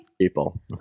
people